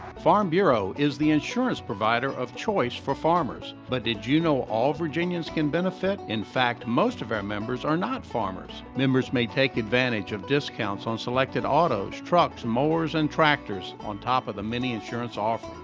farm bureau is the insurance provider of choice for farmers, but did you know all virginians can benefit? in fact, most of our members are not farmers. members may take advantage of discounts on selected autos, trucks, mowers, and tractors, on top of the many insurance offers.